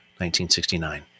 1969